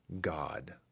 God